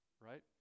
right